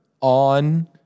on